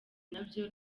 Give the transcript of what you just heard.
nabyo